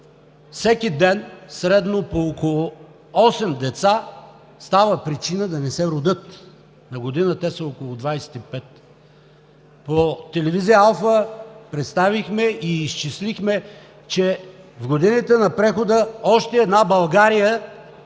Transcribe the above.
всеки ден средно по около осем деца става причина да не се родят – на година те са около двадесет и пет. По телевизия Алфа представихме и изчислихме, че в годините на прехода още една България